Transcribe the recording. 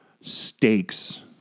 stakes